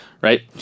right